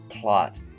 plot